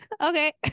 Okay